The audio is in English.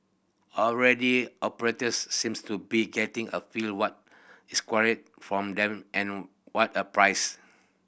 already operators seems to be getting a feel what is required from them and what a price